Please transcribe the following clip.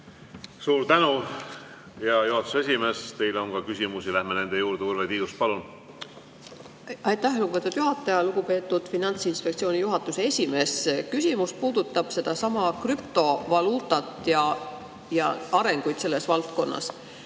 Suur tänu, hea juhatuse esimees! Teile on ka küsimusi, läheme nende juurde. Urve Tiidus, palun! Aitäh, lugupeetud juhataja! Lugupeetud Finantsinspektsiooni juhatuse esimees! Küsimus puudutab sedasama krüptovaluutat ja arenguid selles valdkonnas.